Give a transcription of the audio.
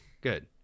Good